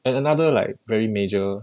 and another like very major